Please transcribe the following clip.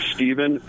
Stephen